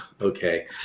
okay